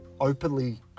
openly